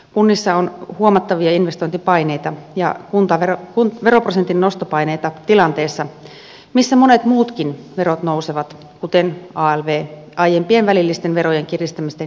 kunnissa on huomattavia investointipaineita ja veroprosentin nostopaineita tilanteessa jossa monet muutkin verot nousevat kuten alv aiempien välillisten verojen kiristämisten lisäksi